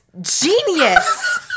genius